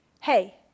hey